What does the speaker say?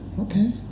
okay